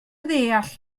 ddeall